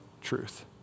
truth